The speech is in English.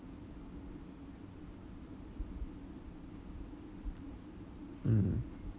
mm